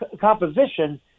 composition